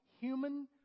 human